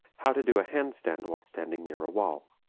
how to do a hand stand while standing near a wall.